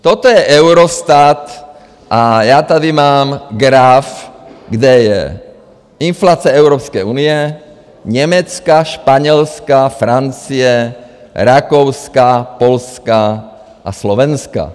Toto je Eurostat a já tady mám graf, kde je inflace Evropské unie, Německa, Španělska, Francie, Rakouska, Polska a Slovenska.